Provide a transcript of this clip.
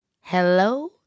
Hello